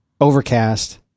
Overcast